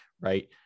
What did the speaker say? right